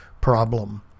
problem